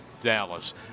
Dallas